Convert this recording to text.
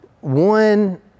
One